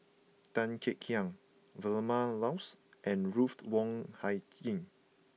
Tan Kek Hiang Vilma Laus and Ruthed Wong Hie King